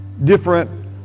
different